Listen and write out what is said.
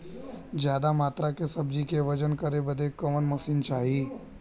ज्यादा मात्रा के सब्जी के वजन करे बदे कवन मशीन चाही?